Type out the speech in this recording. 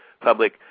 public